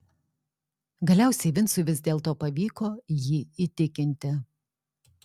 galiausiai vincui vis dėlto pavyko jį įtikinti